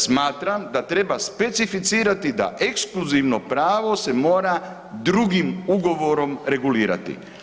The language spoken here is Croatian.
Smatram da treba specificirati da ekskluzivno pravo se mora drugim ugovorom regulirati.